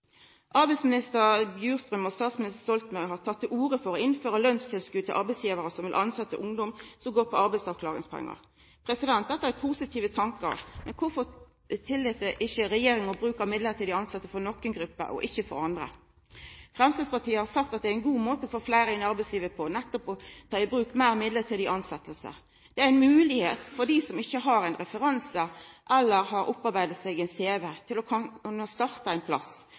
Arbeidsminister Bjurstrøm og statsminister Stoltenberg har teke til orde for å innføra lønnstilskot til arbeidsgivarar som vil tilsetja ungdom som går på arbeidsavklaringspengar. Dette er ein positiv tanke, men kvifor tillèt regjeringa bruk av mellombelse tilsetjingar for nokon grupper, men ikkje for andre? Framstegspartiet har sagt at det er ein god måte å få fleire inn i arbeidslivet på, nettopp ved å ta i bruk meir mellombelse tilsetjingar. Det er ei moglegheit for dei som ikkje har ein referanse eller har opparbeidd ein cv, til å kunna starta ein